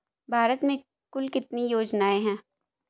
भारत में कुल कितनी योजनाएं हैं?